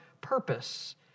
purpose